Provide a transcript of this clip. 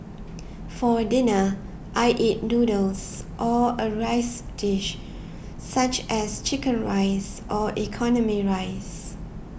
for dinner I eat noodles or a rice dish such as Chicken Rice or economy rice